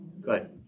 Good